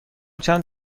چند